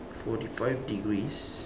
forty five degrees